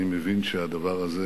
אני מבין שהדבר הזה